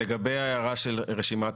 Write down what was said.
לגבי ההערה של מרכז השלטון המקומי על רשימת